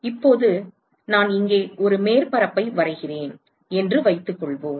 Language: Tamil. இப்போது நான் இங்கே ஒரு மேற்பரப்பை வரைகிறேன் என்று வைத்துக்கொள்வோம்